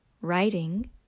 writing